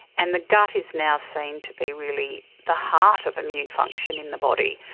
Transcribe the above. and the gut is now seen to be really the heart of immune function in the body.